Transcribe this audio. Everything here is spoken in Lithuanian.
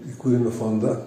įkūrėme fondą